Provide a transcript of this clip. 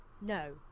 No